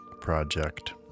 project